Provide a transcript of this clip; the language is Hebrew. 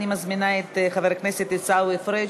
אני מזמינה את חבר הכנסת עיסאווי פריג'.